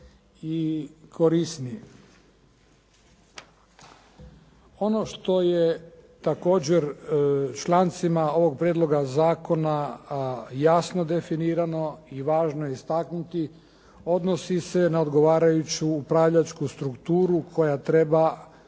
i korisniji. Onoj što je također člancima ovog prijedloga zakona jasno definirano i važno je istaknuti odnosi se na odgovarajuću upravljačku strukturu koja treba